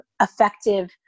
effective